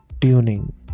tuning